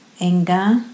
anger